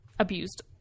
abused